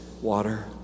water